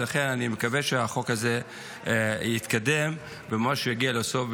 ולכן אני מקווה שהחוק הזה יתקדם וממש יגיע לסוף,